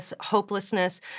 hopelessness